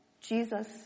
Jesus